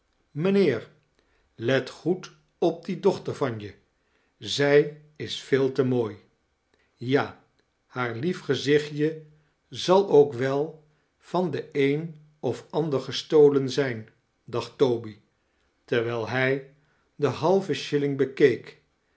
mijnheer let goed op die dochter van je zij is veel te mooi ja haar lief gezichtje zal ook wel van den een of ander gestolen zijn dacht toby terwijl hij den halven shilling bekeek